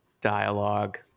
dialogue